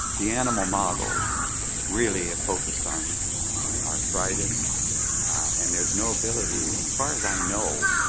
the animal models really have focused on arthritis and there's no ability. as far as i know,